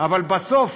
אבל בסוף,